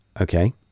Okay